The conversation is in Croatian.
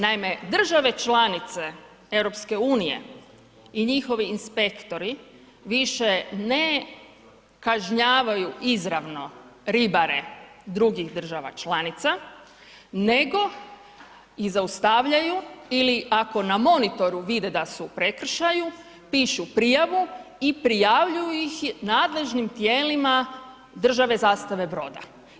Naime, države članice EU i njihovi inspektori više ne kažnjavaju izravno ribare drugih država članica, nego ih zaustavljaju ili ako na monitoru vide da su u prekršaju, pišu prijavu i prijavljuju ih nadležnim tijelima države zastave broda.